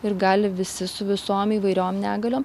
ir gali visi su visom įvairiom negaliom